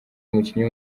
umukinnyi